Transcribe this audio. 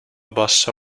bassa